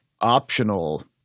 optional –